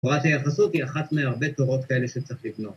תורת היחסות היא אחת ‫מהרבה תורות כאלה שצריך לקנות.